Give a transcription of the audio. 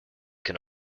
can